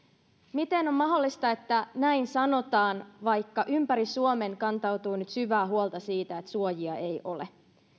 miten on mahdollista että näin sanotaan vaikka ympäri suomen kantautuu nyt syvää huolta siitä että suojia ei ole